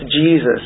Jesus